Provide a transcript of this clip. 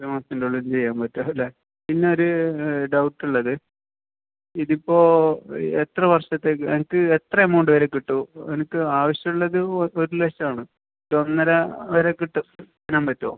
ഒരു മാസത്തിൻ്റെ ഉള്ളിൽ ഇത് ചെയ്യാൻ പറ്റും അല്ലെ പിന്നൊരു ഡൗട്ടുള്ളത് ഇതിപ്പോൾ എത്ര വർഷത്തേക്ക് എനിക്ക് എത്ര എമൗണ്ട് വരെ കിട്ടും എനിക്ക് ആവശ്യമുള്ളത് ഒരു ലക്ഷമാണ് ഒരു ഒന്നര വരെ കിട്ടും തരാൻ പറ്റുമോ